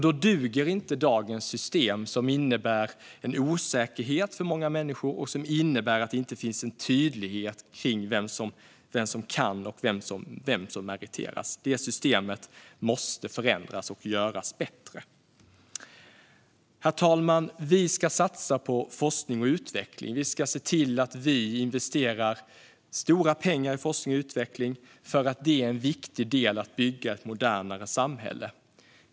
Då duger inte dagens system som innebär en osäkerhet för många människor och att det inte finns en tydlighet om vem som kan och vem som meriteras. Det systemet måste förändras och göras bättre. Herr talman! Vi ska satsa på forskning och utveckling. Vi ska se till att vi investerar stora pengar i forskning och utveckling. Det är en viktig del i att bygga ett modernare samhälle.